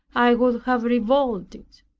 i would have revolted